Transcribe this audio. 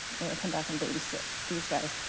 i'm going to come back and babysit these guys.